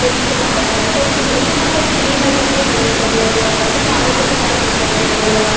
helpful ಆಗುತ್ತೆ so ಬಿ ತುಂಬ ಗ್ರೀನರಿ ಆಗಿ ಬೆಳೆಯುತ್ತೆ ಗಿಡಗಳೆಲ್ಲ ತುಂಬ ಆರೋಗ್ಯಕರವಾಗಿರ್ತವೆ ಗಿಡಗಳೆಲ್ಲ